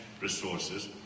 resources